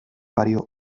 varios